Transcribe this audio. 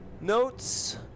Notes